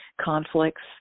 conflicts